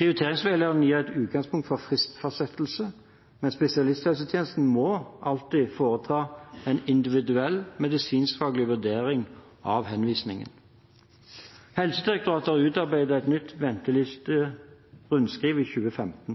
Prioriteringsveilederne gir et utgangspunkt for fristfastsettelsen, men spesialisthelsetjenesten må alltid foreta en individuell medisinskfaglig vurdering av henvisningen. Helsedirektoratet har utarbeidet et nytt ventelisterundskriv i 2015.